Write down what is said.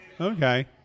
Okay